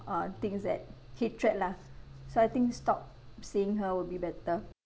uh things that hatred lah so I think stop seeing her will be better